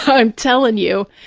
i'm telling you,